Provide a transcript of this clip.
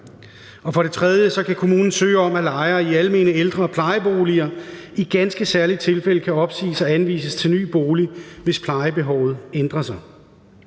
For det tredje kan kommunen søge om, at lejere i almene ældre- og plejeboliger i ganske særlige tilfælde kan opsiges og få anvist ny bolig, hvis plejebehovet ændret sig.